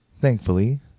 Thankfully